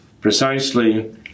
precisely